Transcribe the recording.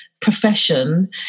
profession